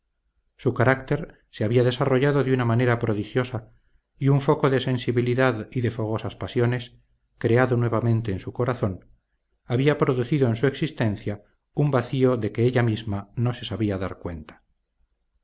su carácter se había desarrollado de una manera prodigiosa y un foco de sensibilidad y de fogosas pasiones creado nuevamente en su corazón había producido en su existencia un vacío de que ella misma no se sabía dar cuenta